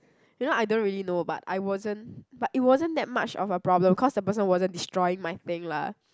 you know I don't really know but I wasn't but it wasn't that much of a problem cause the person wasn't destroying my thing lah